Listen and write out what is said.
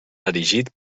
erigit